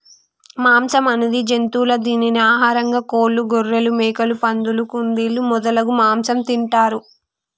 మాంసం అనేది జంతువుల దీనిని ఆహారంగా కోళ్లు, గొఱ్ఱెలు, మేకలు, పందులు, కుందేళ్లు మొదలగు మాంసం తింటారు